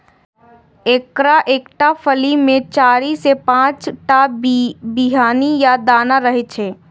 एकर एकटा फली मे चारि सं पांच टा बीहनि या दाना रहै छै